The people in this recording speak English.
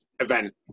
Event